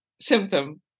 symptom